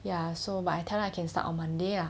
ya so but I tell them I can start on monday lah